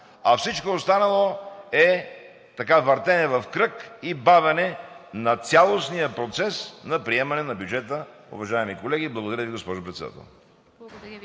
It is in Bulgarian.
а всичко останало е въртене в кръг и бавене на цялостния процес на приемане на бюджета, уважаеми колеги! Благодаря Ви, госпожо Председател.